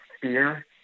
fear